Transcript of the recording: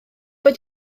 bod